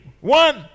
One